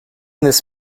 this